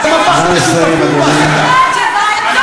אתם הפכתם לשותפים להסתה.